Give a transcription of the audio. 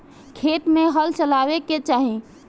खेत मे हल चलावेला का चाही?